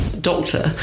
doctor